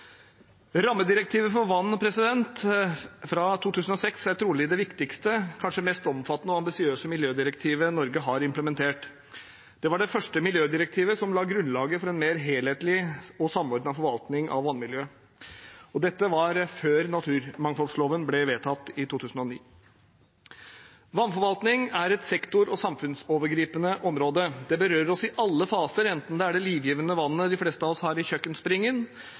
Rammedirektivet for vann fra 2006 er trolig det viktigste, kanskje mest omfattende og ambisiøse miljødirektivet Norge har implementert. Det var det første miljødirektivet som la grunnlaget for en mer helhetlig og samordnet forvaltning av vannmiljøet. Dette var før naturmangfoldloven ble vedtatt i 2009. Vannforvaltning er et sektor- og samfunnsovergripende område. Det berører oss i alle faser, enten det er det livgivende vannet de fleste av oss har i kjøkkenspringen,